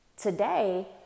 today